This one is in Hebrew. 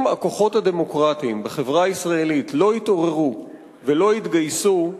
אם הכוחות הדמוקרטיים בחברה הישראלית לא יתעוררו ולא יתגייסו,